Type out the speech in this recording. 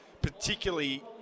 particularly